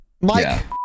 Mike